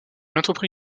entreprit